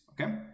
okay